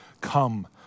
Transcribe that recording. come